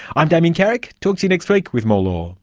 i'm damien carrick, talk to you next week with more law